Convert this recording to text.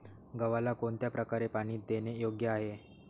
गव्हाला कोणत्या प्रकारे पाणी देणे योग्य आहे?